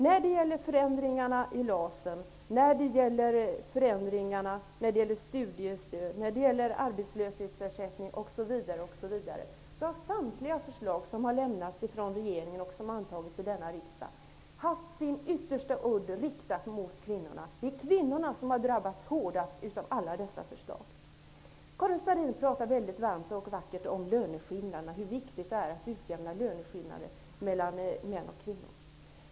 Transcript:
När det gäller förändringarna i LAS, när det gäller förändringarna i studiestödet, när det gäller arbetslöshetsersättning, osv. har samtliga förslag som har ställts av regeringen och antagits av denna riksdag haft sin yttersta udd riktad mot kvinnorna -- det är kvinnorna som har drabbats hårdast av alla dessa förslag. Karin Starrin talar varmt och vackert om hur viktigt det är att utjämna löneskillnaderna mellan män och kvinnor.